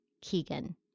Keegan